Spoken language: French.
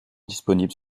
disponibles